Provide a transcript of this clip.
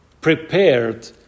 prepared